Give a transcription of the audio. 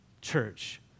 church